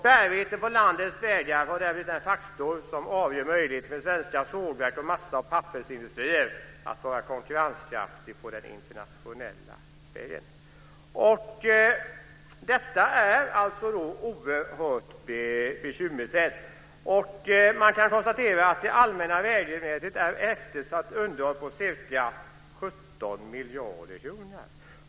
Bärigheten på landets vägar är därvid en faktor som avgör möjligheten för svenska sågverk, massa och pappersindustrier att vara konkurrenskraftiga på den internationella marknaden. Detta är alltså oerhört bekymmersamt. Man kan konstatera att det allmänna vägnätets eftersatta underhåll ligger på ca 17 miljarder kronor.